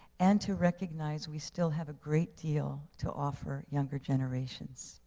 and to recognize we still have a great deal to offer younger generations,